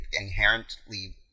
inherently